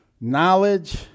knowledge